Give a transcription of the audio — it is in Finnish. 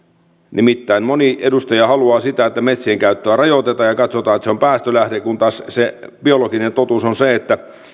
nimittäin moni edustaja haluaa sitä että metsien käyttöä rajoitetaan ja katsotaan että se on päästölähde kun taas se biologinen totuus on se että